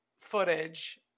footage